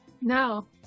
No